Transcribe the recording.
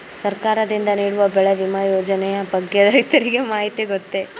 ಸರ್ಕಾರದಿಂದ ನೀಡುವ ಬೆಳೆ ವಿಮಾ ಯೋಜನೆಯ ಬಗ್ಗೆ ರೈತರಿಗೆ ಮಾಹಿತಿ ಗೊತ್ತೇ?